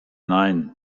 nein